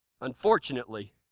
Unfortunately